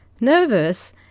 Nervous